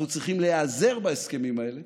אנחנו צריכים להיעזר בהסכמים האלה